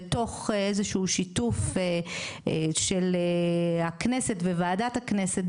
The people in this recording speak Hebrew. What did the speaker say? ותוך איזשהו שיתוף של הכנסת בוועדת הכנסת,